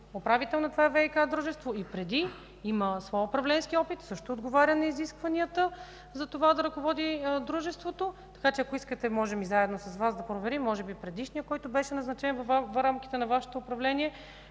управител на това ВиК дружество и преди, има свой управленски опит, също отговаря на изискванията да ръководи дружеството. Така че ако искате, можем заедно с Вас да проверим. Може би предишният, който беше назначен в рамките на Вашето управление,